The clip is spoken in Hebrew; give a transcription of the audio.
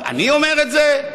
אני אומר את זה?